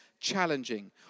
challenging